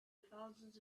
thousands